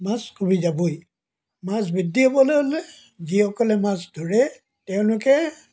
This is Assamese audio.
মাছ কমি যাবই মাছ বৃদ্ধি হ'বলৈ হ'লে যিসকলে মাছ ধৰে তেওঁলোকে